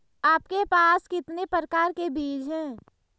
आपके पास कितने प्रकार के बीज हैं?